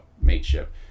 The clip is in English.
mateship